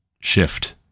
shift